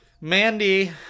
mandy